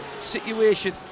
situation